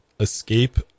Escape